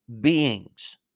beings